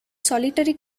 solitary